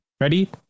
Ready